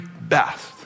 best